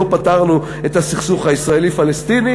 לא פתרנו את הסכסוך הישראלי-פלסטיני,